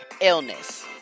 illness